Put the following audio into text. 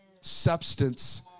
substance